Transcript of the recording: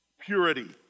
purity